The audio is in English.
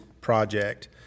project